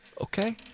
Okay